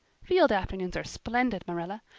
field afternoons are splendid, marilla.